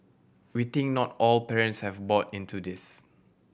we think not all parents have bought into this